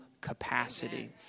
capacity